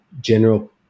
general